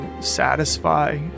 satisfy